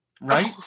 Right